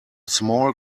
small